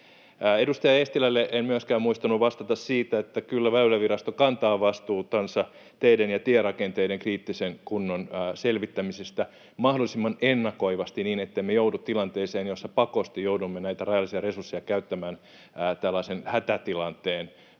Edustaja Eestilälle en myöskään muistanut vastata siihen, että kyllä Väylävirasto kantaa vastuutaan teiden ja tierakenteiden kriittisen kunnon selvittämisestä mahdollisimman ennakoivasti, niin että emme joudu tilanteeseen, jossa pakosti joudumme näitä rajallisia resursseja käyttämään tällaisen hätätilanteen